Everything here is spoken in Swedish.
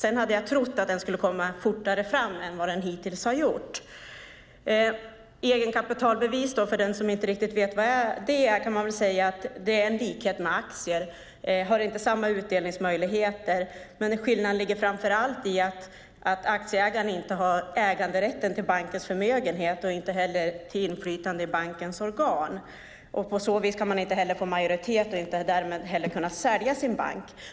Jag hade trott att den skulle komma fortare fram än vad som skett. För den som inte riktigt vet vad egenkapitalbevis är kan man säga att de liknar aktier. Det är inte samma utdelningsmöjligheter för dem. Men skillnaden ligger framför allt i att aktieägarna inte har äganderätten till bankens förmögenhet och inte heller till inflytande i bankens organ. På det sättet kan man inte heller få majoritet och kan därmed inte heller sälja sin bank.